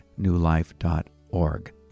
newlife.org